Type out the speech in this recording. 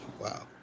Wow